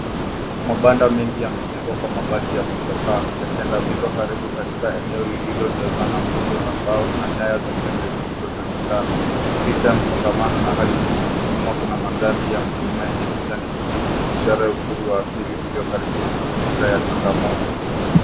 Mabanda mengi yamejengwa kwa mabati ya kuchaka yakiandamizwa karibu katika eneo lililojazana nguzo za mbao na nyaya za umeme zilizotandaa. Licha ya msongamano na hali duni kuna mandhari ya milima yenye kijani kibichi ishara ya uzuri wa asili uliyokaribu na mazingira ya changamoto.